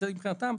ובצדק מבחינתן,